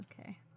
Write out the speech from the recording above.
okay